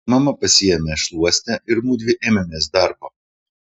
mama pasiėmė šluostę ir mudvi ėmėmės darbo